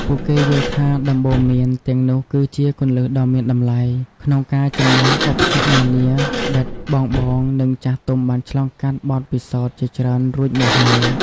ពួកគេយល់ថាដំបូន្មានទាំងនោះគឺជា គន្លឹះដ៏មានតម្លៃ ក្នុងការជម្នះឧបសគ្គនានា ដ្បិតបងៗ និងចាស់ទុំបានឆ្លងកាត់បទពិសោធន៍ជាច្រើនរួចមកហើយ។